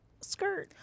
skirt